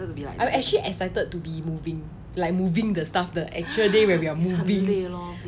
I actually excited to be moving like moving the stuff the actual day where we are moving